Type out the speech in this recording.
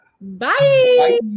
Bye